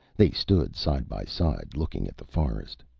they stood side by side, looking at the forest.